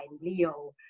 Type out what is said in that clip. Leo